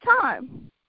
time